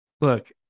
Look